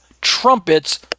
trumpets